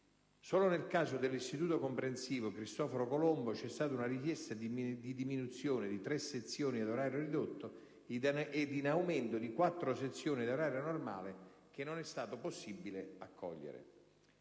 Solo nel caso dell'istituto comprensivo «Cristoforo Colombo» c'è stata una richiesta in diminuzione di tre sezioni ad orario ridotto ed in aumento di quattro sezioni ad orario normale che non è stato possibile accogliere.